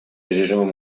режимом